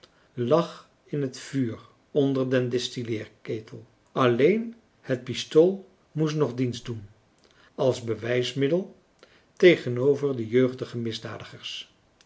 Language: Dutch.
lag in het vuur onder den distilleerketel alleen het pistool moest nog dienst doen als bewijsmiddel tegenover de jeugdige misdadigers